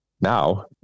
Now